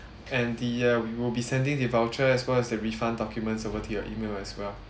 and the uh we will be sending the voucher as well as the refund documents over to your email as well